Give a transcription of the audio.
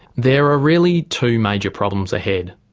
there are really two major problems ahead,